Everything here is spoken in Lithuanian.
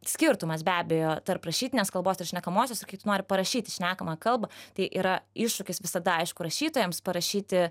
skirtumas be abejo tarp rašytinės kalbos ir šnekamosios kai tu nori parašyti šnekamą kalbą tai yra iššūkis visada aišku rašytojams parašyti